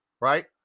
right